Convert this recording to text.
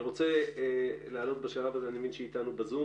אני מבין שאיתנו בזום